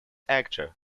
actor